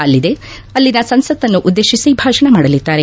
ಅಲ್ಲದೆ ಅಲ್ಲಿನ ಸಂಸತನ್ನು ಉದ್ದೇಶಿಸಿ ಭಾಷಣ ಮಾಡಲಿದ್ದಾರೆ